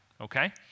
okay